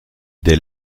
des